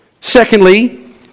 secondly